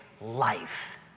life